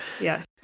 yes